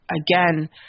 again